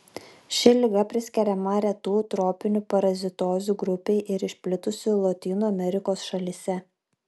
ši liga priskiriama retų tropinių parazitozių grupei ir išplitusi lotynų amerikos šalyse